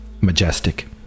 majestic